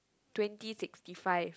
twenty sixty five